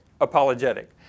apologetic